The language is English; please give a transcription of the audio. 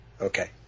Okay